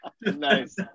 Nice